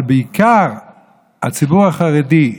אבל בעיקר הציבור החרדי,